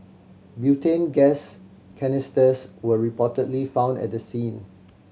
butane gas canisters were reportedly found at the scene